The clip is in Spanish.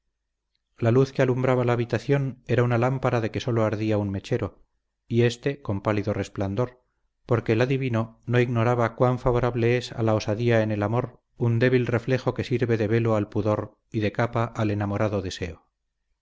la luz que alumbraba la habitación era una lámpara de que sólo ardía un mechero y ése con pálido resplandor porque el adivino no ignoraba cuán favorable es a la osadía en el amor un débil reflejo que sirve de velo al pudor y de capa al enamorado deseo